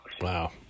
Wow